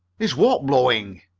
is what blowing?